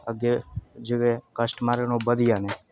अग्गै जेह्ड़े कस्टमर न ओह् बधी जाने